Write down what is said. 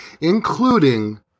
including